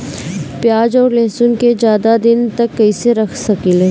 प्याज और लहसुन के ज्यादा दिन तक कइसे रख सकिले?